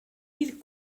îles